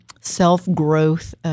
self-growth